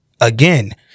Again